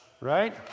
Right